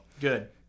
good